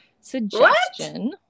suggestion